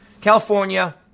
California